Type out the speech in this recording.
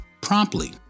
promptly